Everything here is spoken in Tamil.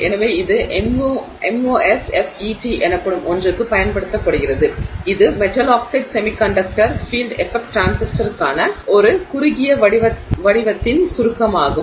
எனவே இது MOSFET எனப்படும் ஒன்றுக்கு பயன்படுத்தப்படுகிறது இது மெட்டல் ஆக்சைடு செமிகண்டக்டர் ஃபீல்ட்எஃபெக்ட் டிரான்சிஸ்டருக்கான ஒரு குறுகிய வடிவத்தின் சுருக்கமாகும்